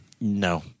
no